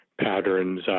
patterns